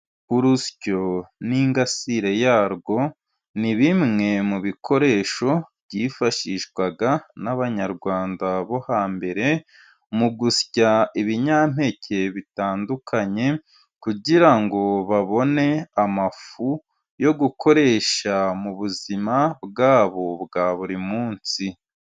Urusyo n'ingasire yarwo ni bimwe mu bikoresho byifashishwaga n'Abanyarwanda bo hambere mu gusya ibinyampeke bitandukanye, kugira ngo babone amafu yo gukoresha mu buzima bwabo bwa buri munsi.